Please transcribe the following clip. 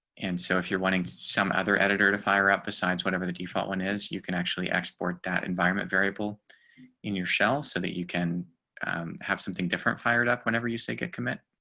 and so if you're wanting some other editor to fire up. besides, whatever the default. one is you can actually export that environment variable in your shell so that you can have something different fired up whenever you say get commit